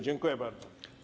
Dziękuję bardzo.